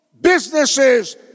businesses